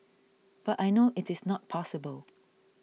but I know it is not possible